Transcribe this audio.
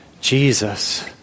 Jesus